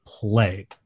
play